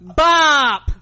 bop